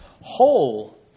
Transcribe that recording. whole